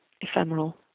ephemeral